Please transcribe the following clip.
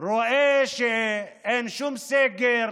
רואה שאין שום סגר.